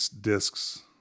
discs